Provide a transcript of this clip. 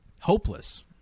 Hopeless